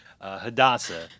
Hadassah